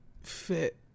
fit